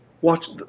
Watch